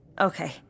Okay